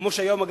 כמו היום,